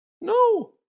No